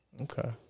Okay